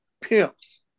pimps